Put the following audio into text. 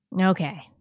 Okay